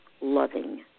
loving